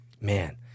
Man